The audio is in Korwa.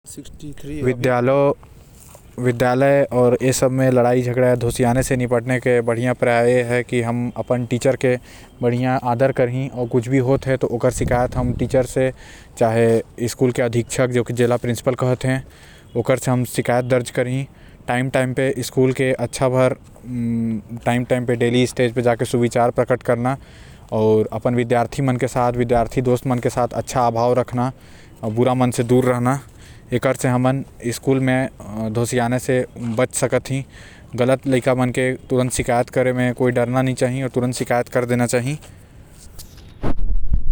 विद्यालय म लड़ाई झगड़ा मार पिट से बचे के तरीका हे की कैसे अपमान ए सब ला हैंडल करत हो आऊ कोई भी गलत चीज़ होल त ओला टीचर से जाके बता देना चाही।